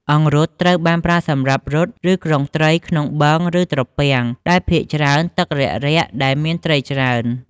អង្រុតត្រូវបានប្រើសម្រាប់រុត ឬក្រុងត្រី ក្នុងបឹង ឬត្រពាំងដែលភាគច្រើនទឹករាក់ៗ ដែលមានត្រីច្រើន។